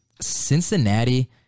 Cincinnati